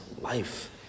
life